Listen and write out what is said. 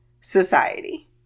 society